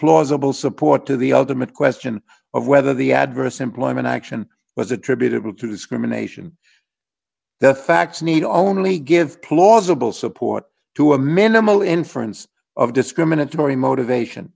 plausible support to the ultimate question of whether the adverse employment action was attributable to discrimination the facts need only give plausible support to a minimal inference of discriminatory motivation